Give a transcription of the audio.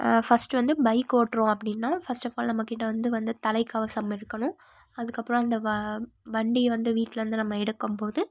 first வந்து bike ஓட்டுறோம் அப்படின்னா ஃபஸ்ட்டஃப்ஆல் நம்மக்கிட்ட வந்து வந்து தலைக்கவசம் இருக்கணும் அதுக்கப்புறம் அந்த வ வண்டி வந்து வீட்லேருந்து நம்ம எடுக்கும் போது